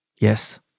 Yes